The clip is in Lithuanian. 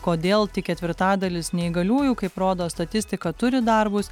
kodėl tik ketvirtadalis neįgaliųjų kaip rodo statistika turi darbus